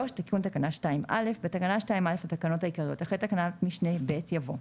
תיקון תקנה 2א בתקנה 2א לתקנות העיקריות אחרי תקנת משנה (ב) יבוא: